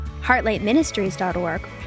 heartlightministries.org